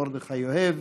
מרדכי יוגב,